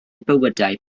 bywydau